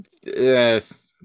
Yes